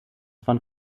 von